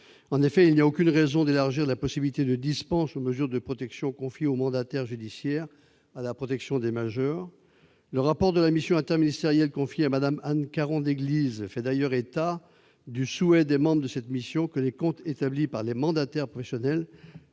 En effet, il n'y a aucune raison d'élargir la possibilité de dispense aux mesures de protection confiées aux mandataires judiciaires à la protection des majeurs. Le rapport de la mission interministérielle confiée à Mme Anne Caron-Déglise fait d'ailleurs état du souhait des membres de cette mission que les comptes établis par les mandataires professionnels